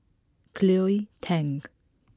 Cleo Thang